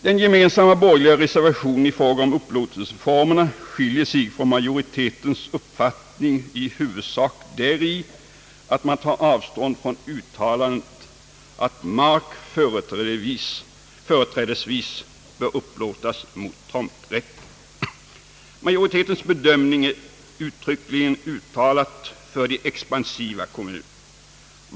Den gemensamma borgerliga reservationen i fråga om upplåtelseformerna skiljer sig från majoritetens uppfattning i huvudsak däri, att man tar avstånd från uttalandet att >mark företrädesvis bör upplåtas mot tomträtt». Majoritetens bedömande är uttryckligen uttalat för de expansiva kommunerna.